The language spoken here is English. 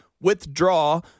withdraw